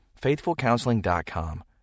FaithfulCounseling.com